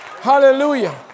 Hallelujah